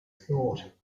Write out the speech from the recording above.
thought